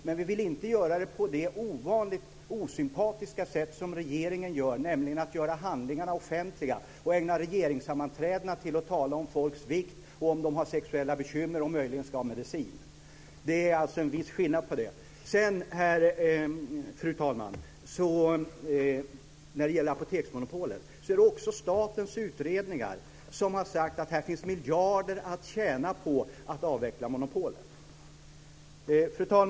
Men vi vill inte göra på det ovanligt osympatiska sätt som regeringen gör, nämligen att göra handlingarna offentliga och ägna regeringssammanträdena åt att tala om folks vikt, deras sexuella bekymmer och om de möjligen ska ha medicin. Det är alltså en viss skillnad här. Fru talman! När det gäller apoteksmonopolet har också statens utredningar sagt att det finns miljarder att tjäna på att avveckla monopolet. Fru talman!